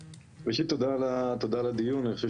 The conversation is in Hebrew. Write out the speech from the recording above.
ראשית תודה על הדיון, אני חושב